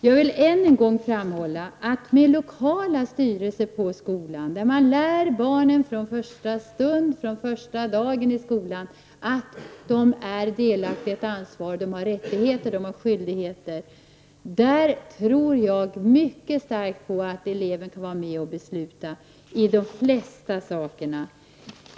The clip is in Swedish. Jag vill än en gång framhålla att jag tror att man med lokala styrelser på skolan, där barnen från första dagen i skolan känner att de är delaktiga och har ett ansvar, att de har rättigheter och skyldigheter, kan låta eleverna vara med om att fatta beslut i de flesta frågor.